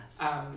yes